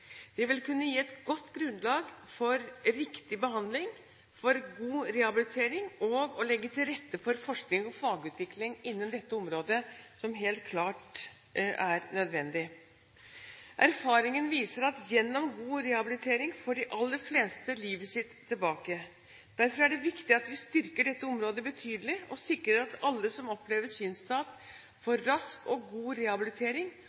Det vil kunne gi et godt grunnlag for riktig behandling, god rehabilitering og for å kunne legge til rette for forsking og fagutvikling innen dette området, som helt klart er nødvendig. Erfaringene viser at gjennom god rehabilitering får de aller fleste livet sitt tilbake. Derfor et det viktig at vi styrker dette området betydelig og sikrer at alle som opplever synstap, får rask og god rehabilitering